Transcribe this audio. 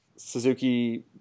Suzuki